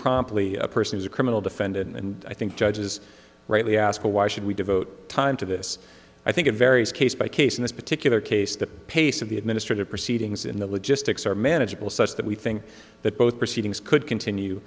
promptly a person is a criminal defendant and i think judges rightly ask why should we devote time to this i think it varies case by case in this particular case the pace of the administrative proceedings in the logistics are manageable such that we think that both proceedings could continue